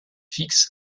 fixe